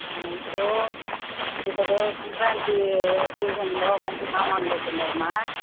ఇప్పుడు ఇప్పుడు సంక్రాంతి సీజన్లో మంచి సామానులు వస్తున్నాయి అమ్మ